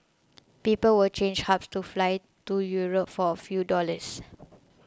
people will change hubs to fly to Europe for a few dollars